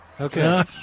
Okay